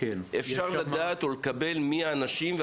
אפשר לדעת מיהם האנשים,